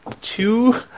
two